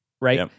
right